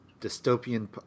Dystopian